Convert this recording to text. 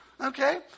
Okay